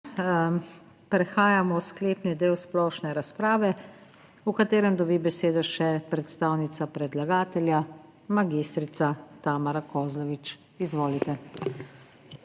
Prehajamo v sklepni del splošne razprave, v katerem dobi besedo še predstavnica predlagatelja, magistrica Tamara Kozlovič. Izvolite.